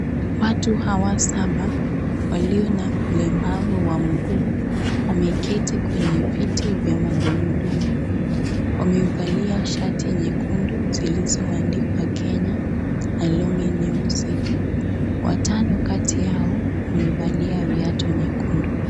Watu hawa saba walio na ulemavu wa mguu wameketi kwenye viti vya magurudumu. Wamemvalia shati nyekundu zilizoandikwa Kenya na longi nyeusi. Watano kati yao wamevalia viatu nyekundu.